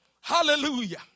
Hallelujah